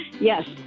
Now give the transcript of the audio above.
Yes